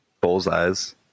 bullseyes